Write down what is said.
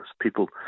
People